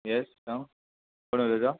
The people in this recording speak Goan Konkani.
येस सांग कोण उलयता